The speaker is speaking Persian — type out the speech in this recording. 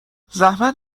زحمت